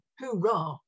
Hoorah